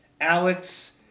Alex